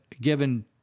given